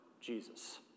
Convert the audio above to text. Jesus